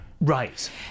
right